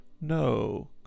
No